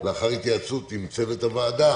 לאחר התייעצות עם צוות הוועדה,